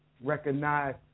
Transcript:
recognize